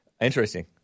Interesting